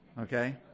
Okay